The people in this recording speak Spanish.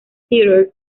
theatre